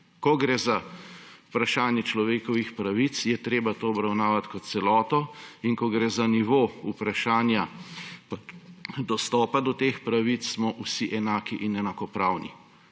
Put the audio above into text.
Ko gre za vprašanje človekovih pravic, je treba je to obravnavati kot celoto, in ko gre za nivo vprašanja dostopa do teh pravic, smo vsi enaki in enakopravni.